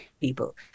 people